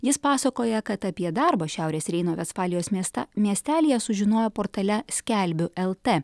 jis pasakoja kad apie darbą šiaurės reino vestfalijos mieste miestelyje sužinojo portale skelbiu lt